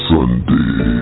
Sunday